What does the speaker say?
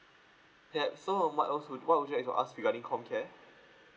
ya so what else would what would you like to ask regarding comcare